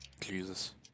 Jesus